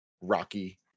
rocky